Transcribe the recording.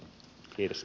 kiitos